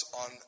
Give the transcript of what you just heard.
on